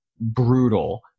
brutal